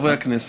חברי הכנסת,